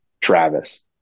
Travis